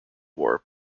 war